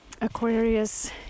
Aquarius